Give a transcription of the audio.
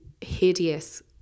hideous